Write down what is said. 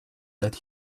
that